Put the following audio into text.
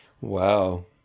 Wow